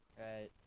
Right